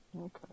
okay